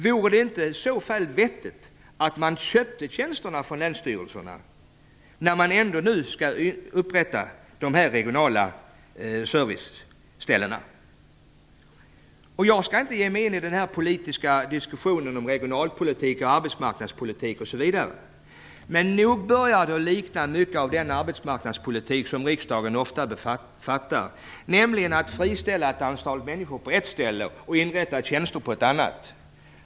Vore det i så fall inte vettigt att man köpte tjänsterna från länsstyrelserna, när man nu skall upprätta de här regionala serviceställena? Jag skall inte ge mig in i den politiska diskussionen om regionalpolitik, arbetsmarknadspolitik osv., men jag vill ändå säga att detta börjar likna den arbetsmarknadspolitik som riksdagen ofta fattar beslut om, nämligen att friställa ett antal människor på ett ställe och inrätta tjänster på ett annat.